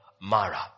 Mara